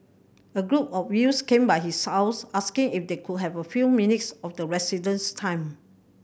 a group of youths came by his house asking if they could have a few minutes of the resident's time